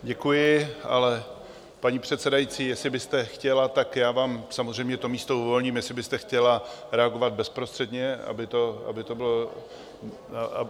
Děkuji, ale paní předsedající, jestli byste chtěla, tak já vám samozřejmě to místo uvolním, jestli byste chtěla reagovat bezprostředně, aby to bylo...?